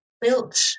built